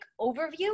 overview